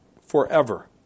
forever